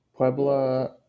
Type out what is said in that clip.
Puebla